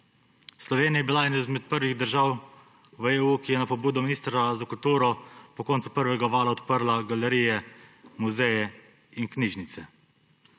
Slovenija je bila ena izmed prvih držav v EU, ki je na pobudo ministra za kulturo po koncu prvega vala odprla galerije, muzeje in knjižnice.